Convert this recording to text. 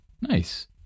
nice